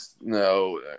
no